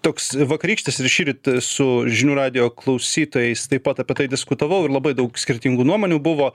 toks vakarykštis ir šįryt su žinių radijo klausytojais taip pat apie tai diskutavau ir labai daug skirtingų nuomonių buvo